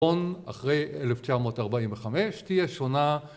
אחרי אלף תשע מאות ארבעים וחמש תהיה שונה